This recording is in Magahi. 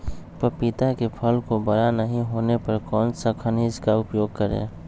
पपीता के फल को बड़ा नहीं होने पर कौन सा खनिज का उपयोग करें?